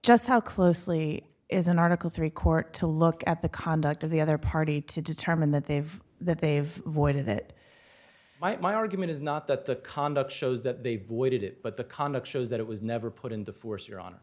just how closely is an article three court to look at the conduct of the other party to determine that they have that they have avoided it my argument is not that the conduct shows that they voided it but the conduct shows that it was never put into force your honor